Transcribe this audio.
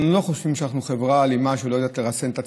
אני לא חושב שאנחנו חברה אלימה שלא יודעת לרסן את עצמה,